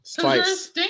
twice